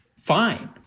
fine